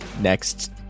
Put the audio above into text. next